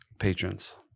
patrons